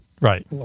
Right